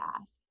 ask